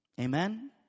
Amen